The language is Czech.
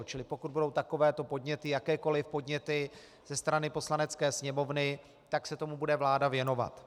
Čili pokud budou takovéto podněty, jakékoli podněty ze strany Poslanecké sněmovny, tak se tomu vláda bude věnovat.